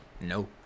No